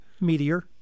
Meteor